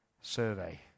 survey